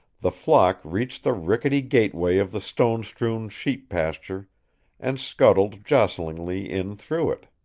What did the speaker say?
the flock reached the rickety gateway of the stone-strewn sheep pasture and scuttled jostlingly in through it.